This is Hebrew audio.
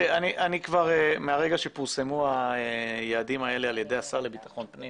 תראה אני כבר מהרגע שפורסמו היעדים האלה על ידי השר לביטחון פנים